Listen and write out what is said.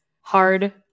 hard